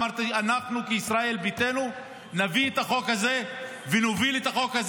אמרתי: אנחנו כישראל ביתנו נביא את החוק הזה ונוביל את החוק,